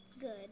Good